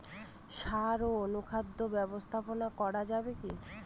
সাড় ও অনুখাদ্য ব্যবস্থাপনা করা যাবে কি?